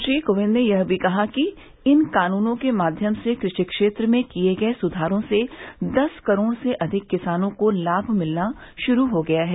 श्री कोविंद ने यह भी कहा कि इन कानूनों के माध्यम से कृषि क्षेत्र में किए गए सुधारों से दस करोड़ से अधिक किसानों को लाभ मिलना शुरू हो गया है